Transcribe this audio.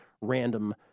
random